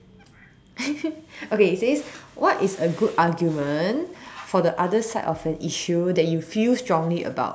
okay it says what is a good argument for the other side of an issue that you feel strongly about